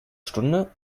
stunde